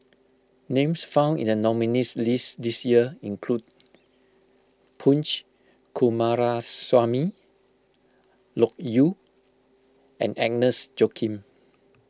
names found in the nominees' list this year include Punch Coomaraswamy Loke Yew and Agnes Joaquim